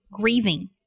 grieving